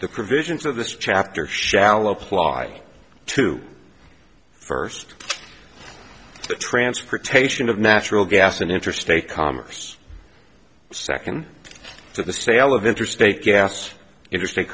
the provisions of this chapter shall apply to first transportation of natural gas and interstate commerce second to the sale of interstate gas interstate